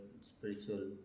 spiritual